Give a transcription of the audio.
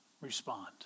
respond